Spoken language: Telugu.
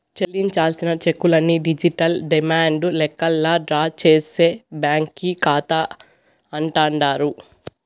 చెల్లించాల్సిన చెక్కుల్ని డిజిటల్ డిమాండు లెక్కల్లా డ్రా చేసే బ్యాంకీ కాతా అంటాండారు